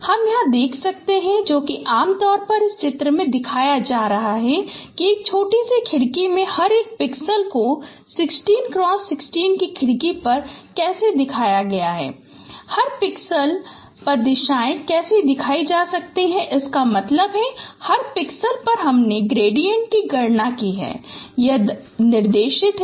हम यहाँ देख सकते हैं जो कि आम तौर पर इस चित्र में यह दिखाया जा रहा है कि एक छोटी खिड़की में हर एक पिक्सेल को 16x16 की खिड़की पर कैसे दिखाया जा सकता है हर पिक्सल पर दिशाओ कैसे दिखाया जा सकता हैं इसका मतलब है कि हर पिक्सल पर हमने ग्रेडिएंट्स की गणना की है और ये निर्देशीत भी हैं